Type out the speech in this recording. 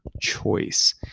choice